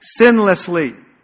Sinlessly